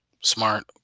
Smart